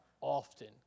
Often